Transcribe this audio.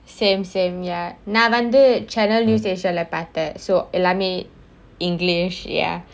same same ya நான் வந்து:naan vanthu channel news asia பாத்தேன்:paathaen so எல்லாமே:ellaamae english ya